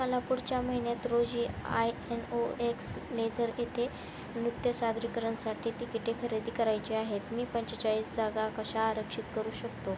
मला पूढच्या महिन्यात रोजी I N O X leisure इथे नृत्य सादरीकरणासाठी तिकिटे खरेदी करायचे आहेत मी पंचेचाळीस जागा कशा आरक्षित करू शकतो